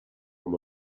from